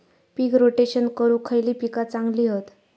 पीक rotation करूक खयली पीका चांगली हत?